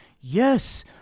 Yes